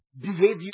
behavior